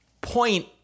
point